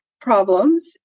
problems